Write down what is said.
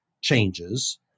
changes